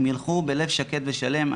הם ילכו בלב שקט ושלם.